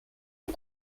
aux